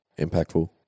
impactful